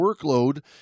workload